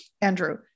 Andrew